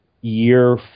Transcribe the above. year